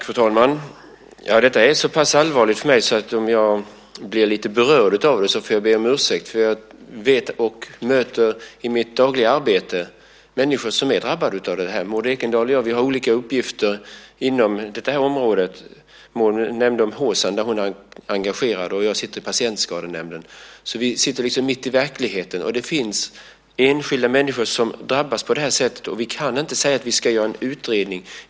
Fru talman! Detta är för mig så pass allvarligt att om jag blir lite upprörd får jag be om ursäkt för det. Jag möter nämligen i mitt dagliga arbete människor som är drabbade av det här. Maud Ekendahl och jag har uppgifter inom detta område. Maud nämnde Hsan, där hon är engagerad, och jag sitter i Patientskadenämnden. Vi sitter så att säga mitt i verkligheten. Det finns enskilda människor som drabbas, och vi kan inte bara säga att vi ska göra en utredning.